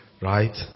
right